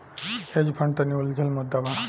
hedge fund तनि उलझल मुद्दा बा